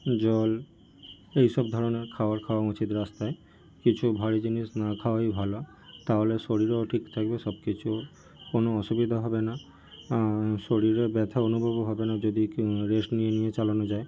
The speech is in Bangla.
জল এইসব ধরনের খাবার খাওয়া উচিত রাস্তায় কিছু ভারী জিনিস না খাওয়াই ভালো তাহলে শরীরও ঠিক থাকবে সব কিছু কোনো অসুবিধা হবে না শরীরে ব্যথা অনুভব হবে না যদি কেউ রেস্ট নিয়ে নিয়ে চালানো যায়